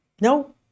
no